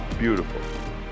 beautiful